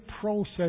process